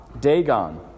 Dagon